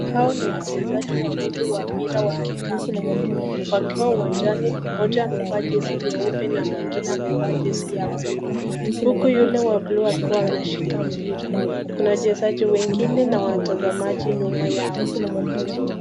Hawa ni wachezaji wawili wa mpira wa kikapu wakiwa uwanjani, mmoja amevaa jesi nyeupe na mwingine amevaa jesi ya buluu huku yule wa buluu akiwa ameshika mpira. Kuna wachezaji wengine na watazamaji nyuma yao.